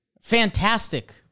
Fantastic